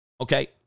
Okay